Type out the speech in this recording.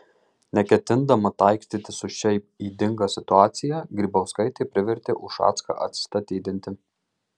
neketindama taikstytis su šia ydinga situacija grybauskaitė privertė ušacką atsistatydinti